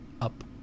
Up